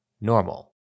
Normal